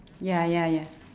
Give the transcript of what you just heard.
ya ya ya